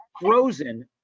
frozen